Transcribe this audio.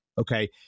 Okay